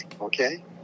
okay